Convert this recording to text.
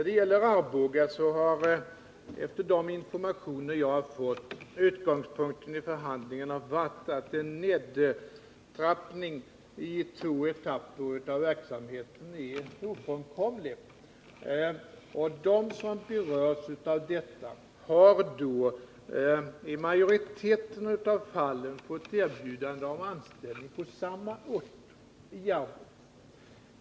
Enligt den information som jag har fått har utgångspunkten i förhandlingarna om Arboga varit att en nedtrappning av verksamheten i två etapper är ofrånkomlig. De som berörs av detta har i majoriteten av fallen fått erbjudande om anställning på samma ort — i Arboga.